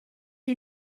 you